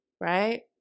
Right